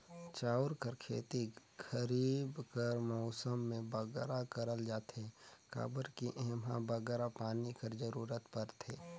चाँउर कर खेती खरीब कर मउसम में बगरा करल जाथे काबर कि एम्हां बगरा पानी कर जरूरत परथे